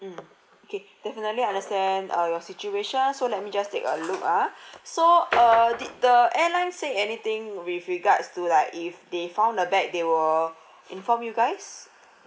mm okay definitely understand uh your situation so let me just take a look ah so uh did the airline say anything with regards to like if they found the bag they will inform you guys